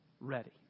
ready